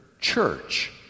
Church